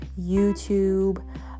youtube